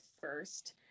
first